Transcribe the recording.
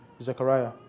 Zechariah